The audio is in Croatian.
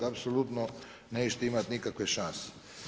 Apsolutno nećete imati nikakve šanse.